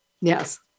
Yes